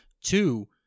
Two